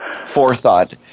Forethought